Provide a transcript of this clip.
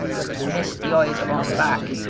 but missed the eyes along the back.